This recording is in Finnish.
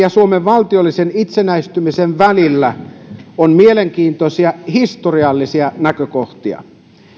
ja suomen valtiollisen itsenäistymisen välillä on mielenkiintoisia historiallisia näkökohtia